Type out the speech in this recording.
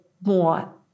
more